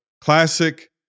classic